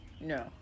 No